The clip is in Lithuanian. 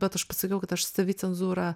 bet aš pasakiau kad aš savicenzūra